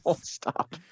stop